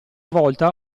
volta